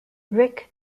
rick